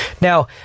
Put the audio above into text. Now